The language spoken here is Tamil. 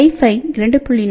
வைஃபை 2